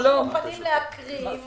אנחנו מוכנים להקריב